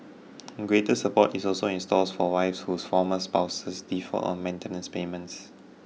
greater support is also in stores for wives whose former spouses default on maintenance payments